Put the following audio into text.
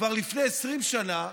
כבר לפני 20 שנה,